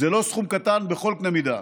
זה לא סכום קטן בכל קנה מידה.